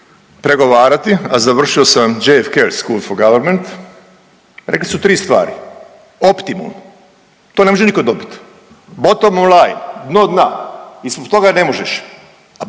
pregovarati, a završio sam …/Govornik govori stranim jezikom./… rekli su tri stvari. Optimum to ne može niko dobiti, bootom or line dno dna ispod toga ne možeš,